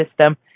system